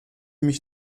mich